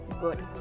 Good